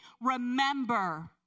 remember